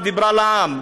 דיברה אל העם: